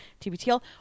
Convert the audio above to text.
TBTL